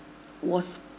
was